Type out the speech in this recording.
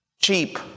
Cheap